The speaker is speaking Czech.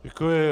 Děkuji.